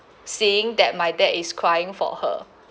seeing that my dad is crying for her